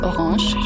Orange